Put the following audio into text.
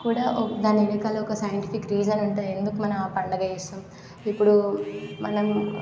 కూడా దాని వెనకాల ఒక సైంటిఫిక్ రీజన్ ఉంటుంది ఎందుకు మనం ఆ పండగ చేస్తాము ఇప్పుడు మనం